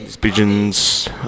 pigeons